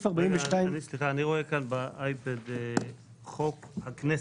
מתי מתחילים עם הנושא של התקציב?